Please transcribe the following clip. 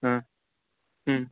हा